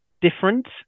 different